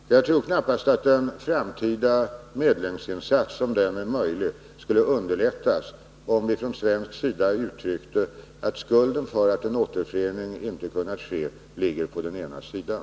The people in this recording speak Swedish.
Herr talman! Jag tror knappast att en framtida medlingsinsats — om en sådan är möjlig — skulle underlättas, om vi från svensk sida uttryckte att skulden för att en återförening inte kunnat ske ligger på den ena sidan.